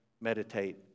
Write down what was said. meditate